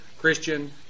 Christian